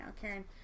Karen